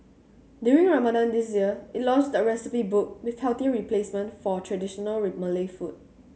during Ramadan this year it launched a recipe book with healthier replacements for traditional Malay food